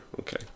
Okay